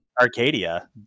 Arcadia